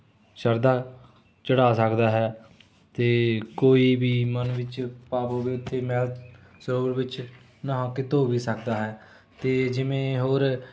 ਸ਼ਰਧਾ ਚੜ੍ਹਾ ਸਕਦਾ ਹੈ ਅਤੇ ਕੋਈ ਵੀ ਮਨ ਵਿੱਚ ਪਾਪ ਹੋਵੇ ਅਤੇ ਮੈਲ ਸਰੋਵਰ ਵਿੱਚ ਨਹਾ ਕੇ ਧੋ ਵੀ ਸਕਦਾ ਹੈ ਅਤੇ ਜਿਵੇਂ ਹੋਰ